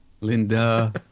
Linda